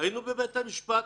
היינו בבית המשפט,